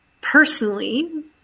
personally